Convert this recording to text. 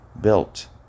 built